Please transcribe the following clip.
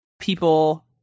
people